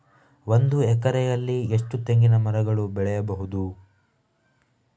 ಒಂದು ಎಕರೆಯಲ್ಲಿ ಎಷ್ಟು ತೆಂಗಿನಮರಗಳು ಬೆಳೆಯಬಹುದು?